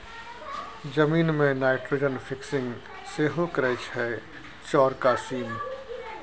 जमीन मे nitrogen fixing सेहो करय छै चौरका सीम